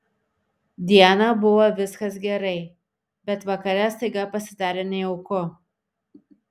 dieną buvo viskas gerai bet vakare staiga pasidarė nejauku